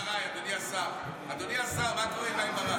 אדוני השר, מה קורה עם ה-MRI?